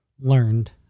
learned